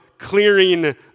clearing